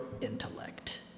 intellect